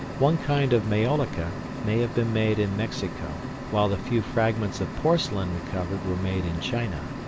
one kind of maiolica may have been made in mexico, while the few fragments of porcelain recovered were made in china.